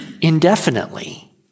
indefinitely